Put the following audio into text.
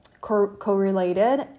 correlated